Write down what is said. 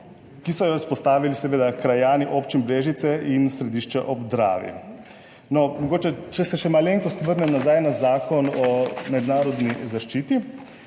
ki so jo izpostavili seveda krajani občin Brežice in Središče ob Dravi. No, mogoče če se še malenkost vrnem nazaj na Zakon o mednarodni zaščiti,